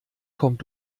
kommt